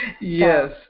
Yes